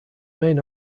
main